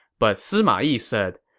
but sima yi said,